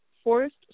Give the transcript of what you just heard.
Forest